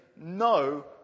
no